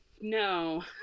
No